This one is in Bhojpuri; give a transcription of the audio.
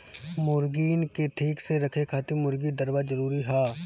मुर्गीन के ठीक से रखे खातिर मुर्गी दरबा जरूरी हअ